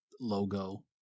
logo